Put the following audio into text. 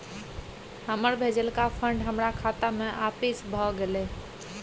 हमर भेजलका फंड हमरा खाता में आपिस भ गेलय